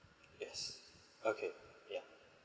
yes okay yeah